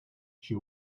she